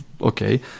okay